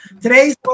today's